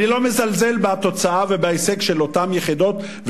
אני לא מזלזל בתוצאה ובהישג של אותן יחידות,